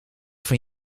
van